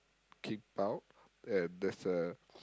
keep out and there's a